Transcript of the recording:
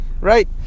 right